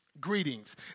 Greetings